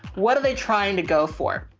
what are they trying to go for?